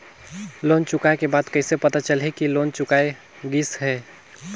Loan चुकाय के बाद कइसे पता चलही कि लोन चुकाय गिस है?